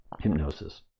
hypnosis